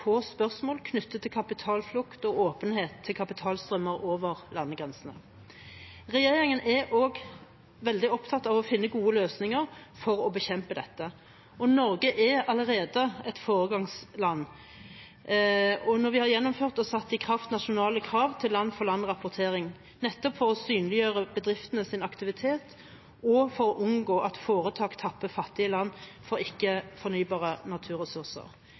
på spørsmål knyttet til kapitalflukt og åpenhet til kapitalstrømmer over landegrensene. Regjeringen er også veldig opptatt av å finne gode løsninger for å bekjempe dette, og Norge er allerede et foregangsland når vi har gjennomført og satt i kraft nasjonale krav til land-for-land-rapportering for å synliggjøre bedriftenes aktivitet og for å unngå at foretak tapper fattige land for ikke fornybare naturressurser.